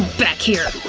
back here!